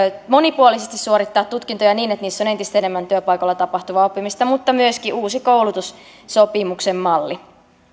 monipuolisesti suorittaa tutkintoja niin että niissä on entistä enemmän työpaikoilla tapahtuvaa oppimista mutta myöskin uusi koulutussopimuksen malli